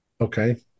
Okay